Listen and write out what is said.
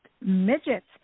Midgets